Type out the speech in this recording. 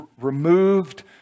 removed